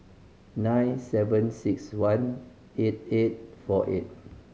nine seven six one eight eight four eight